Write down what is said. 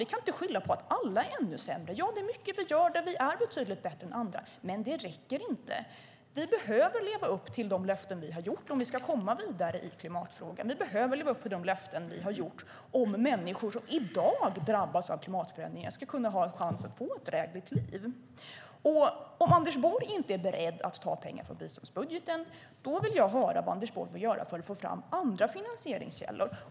Vi kan inte skylla på att alla är ännu sämre. Det är mycket vi gör där vi är betydligt bättre än andra. Men det räcker inte. Vi behöver leva upp till de löften vi har gett om vi ska komma vidare i klimatfrågan. Vi behöver leva upp till de löften vi har gett om människor som i dag drabbas av klimatförändringen ska kunna ha en chans att få ett drägligt liv. Om Anders Borg inte är beredd att ta pengar från biståndsbudgeten vill jag höra vad han vill göra för att få fram andra finansieringskällor.